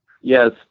Yes